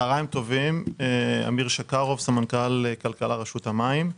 אני סמנכ"ל כלכלה, רשות המים.